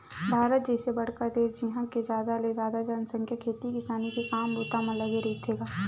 भारत जइसे बड़का देस जिहाँ के जादा ले जादा जनसंख्या खेती किसानी के काम बूता म लगे रहिथे गा